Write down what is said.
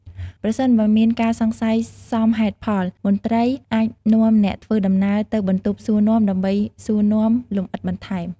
ប្រសិនបើមានការសង្ស័យសមហេតុផល មន្ត្រីអាចនាំអ្នកធ្វើដំណើរទៅបន្ទប់សួរនាំដើម្បីសួរនាំលម្អិតបន្ថែម។